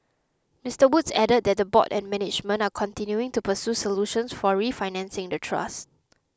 Mister Woods added that the board and management are continuing to pursue solutions for refinancing the trust